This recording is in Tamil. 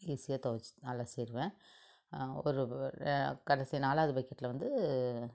ஈஸியாக துவைச்சி அலசிடுவேன் ஒரு கடைசி நாலாவது பக்கெட்ல வந்து